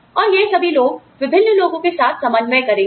और ये सभी लोग विभिन्न लोगों के साथ समन्वय करेंगे